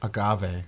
Agave